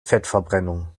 fettverbrennung